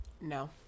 No